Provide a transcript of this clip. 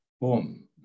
boom